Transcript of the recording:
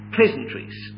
Pleasantries